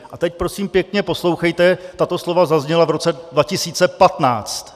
A teď prosím pěkně poslouchejte tato slova zazněla v roce 2015.